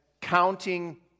counting